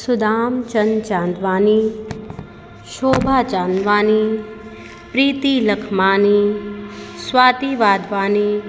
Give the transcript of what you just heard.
Sudamchand Chandwani Shobha Chandwani Preeti Lakhmani Swati Wadhwani